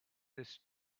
this